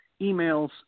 emails